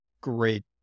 great